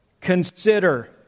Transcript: Consider